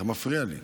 אתה מפריע לי.